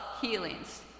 healings